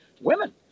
women